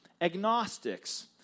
agnostics